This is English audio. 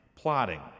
plotting